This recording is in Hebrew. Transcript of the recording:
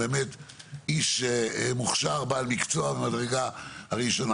באמת איש מוכשר בעל מקצוע מהמדרגה הראשונה.